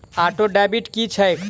Auto debit की छैक?